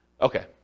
Okay